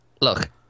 Look